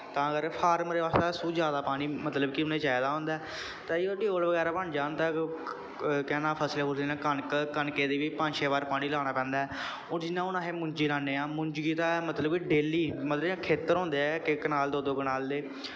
तां कर फार्मर बास्तै सगुआं जादा पानी मतलब कि उ'नें चाहिदा होंदा ऐ ताइयें टयूबैल्ल बगैरा बन जान तां केह् नांऽ फसल फुसल कनक कनक गी बी पंज छे बार पानी लाना पैंदा ऐ हून जियां हून अस मुंजी लान्ने आं मुंजी गितै मतलब कि डेल्ली मतलब इ'यां खेत्तर होंदे ऐ इक इक कनाल दे दो दो कनाल दे